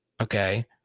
okay